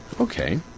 Okay